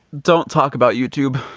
don't talk about youtube.